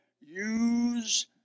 Use